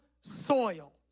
soil